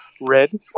red